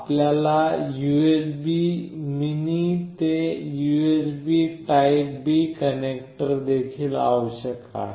आपल्याला USB mini ते USB type B connector देखील आवश्यक आहे